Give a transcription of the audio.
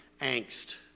angst